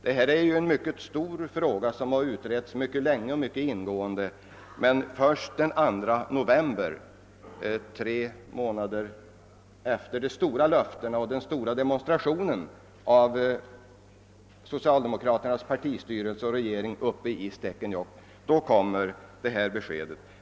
Det här är ju en mycket stor fråga, som har utretts länge och ingående, men inte förrän den 2 november — tre månader efter de stora löftena och den stora demonstrationen av socialdemokraternas partistyrelse och regeringen uppe i Stekenjokk — kom det här beskedet.